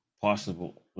possible